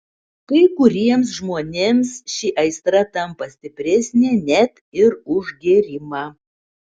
kai kuriems žmonėms ši aistra tampa stipresnė net ir už gėrimą